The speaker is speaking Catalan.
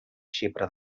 xipre